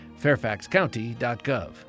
fairfaxcounty.gov